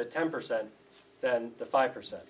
the temper said than the five percent